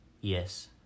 Yes